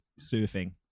surfing